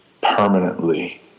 permanently